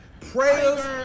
prayers